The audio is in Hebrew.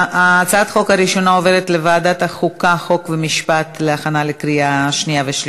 אינה נוכחת, חברת הכנסת זהבה גלאון, אינה נוכחת,